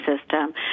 system